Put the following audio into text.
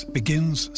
begins